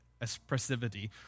expressivity